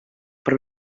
però